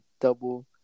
double